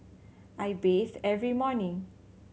I bathe every morning